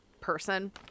person